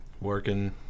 Working